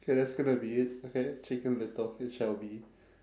okay that's gonna be it okay chicken little it shall be